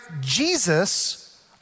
Jesus